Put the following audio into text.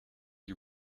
you